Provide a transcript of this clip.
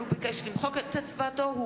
אבל הוא ביקש למחוק את הצבעתו.